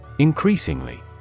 Increasingly